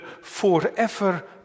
forever